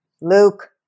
Luke